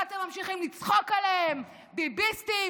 ואתם ממשיכים לצחוק עליהם: "ביביסטים"